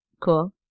Cool